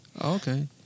Okay